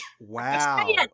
Wow